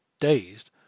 dazed